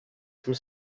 some